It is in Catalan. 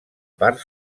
part